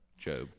Job